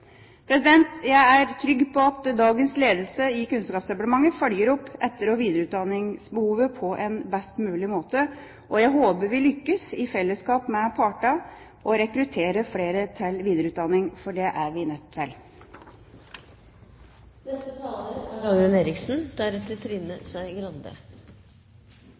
Jeg er trygg på at dagens ledelse i Kunnskapsdepartementet følger opp etter- og videreutdanningsbehovet på en best mulig måte. Jeg håper vi lykkes i fellesskap med partene å rekruttere flere til videreutdanning, for det er vi nødt til. Et av Kristelig Folkepartis hovedmål for skolen er